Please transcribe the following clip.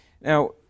Now